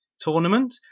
tournament